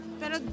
pero